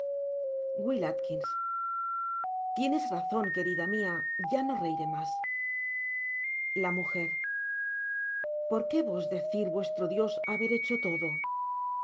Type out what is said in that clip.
w a tienes razon querida mia ya no reiré mas la m por qué vos decir vuestro dios haber hecho todo w